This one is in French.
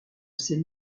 ces